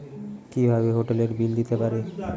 কিভাবে হোটেলের বিল দিতে পারি?